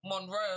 Monroe